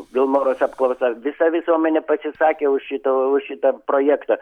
vilmorus apklausa visa visuomenė pasisakė už šitą už šitą projektą